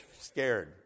scared